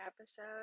episode